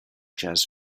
jazz